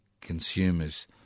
consumers